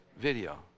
video